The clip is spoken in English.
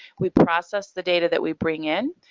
we process the data that we bring in,